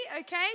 okay